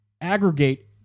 aggregate